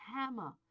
hammer